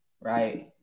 right